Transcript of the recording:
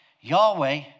Yahweh